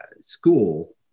school